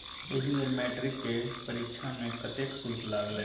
एहि बेर मैट्रिक केर परीक्षा मे कतेक शुल्क लागलौ?